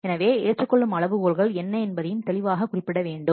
எனவே ஏற்றுக்கொள்ளும் அளவுகோல்கள் என்ன என்பதையும் தெளிவாகக் குறிப்பிட வேண்டும்